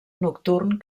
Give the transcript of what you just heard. nocturn